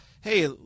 hey